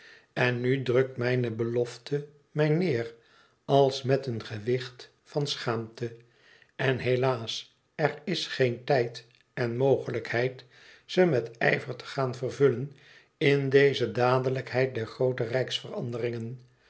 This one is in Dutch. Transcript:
en nu drukt mijne belofte mij neêr als met een gewicht van schaamte en helaas er is geen tijd en mogelijkheid ze met ijver te gaan vervullen in deze dadelijkheid der groote